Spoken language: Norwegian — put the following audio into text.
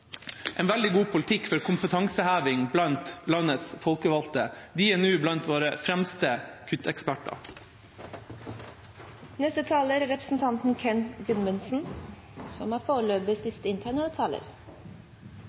en veldig god politikk for kompetanseheving blant landets folkevalgte. De er nå blant våre fremste kutteksperter.